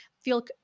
feel